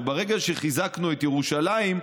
ברגע שחיזקנו את ירושלים,